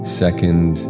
second